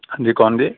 ਹਾਂਜੀ ਕੌਣ ਜੀ